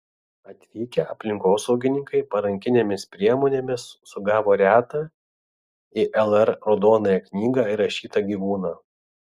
atvykę aplinkosaugininkai parankinėmis priemonėmis sugavo retą į lr raudonąją knygą įrašytą gyvūną